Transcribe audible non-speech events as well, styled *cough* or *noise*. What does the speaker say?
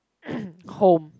*coughs* home